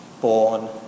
born